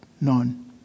None